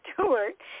Stewart